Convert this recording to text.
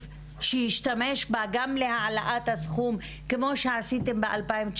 שהוא ישתמש בה גם להעלאת הסכום כמו שעשיתם ב-2019?